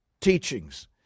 teachings